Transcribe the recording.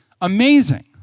amazing